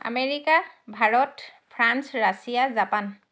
America Bharat France Russia Japan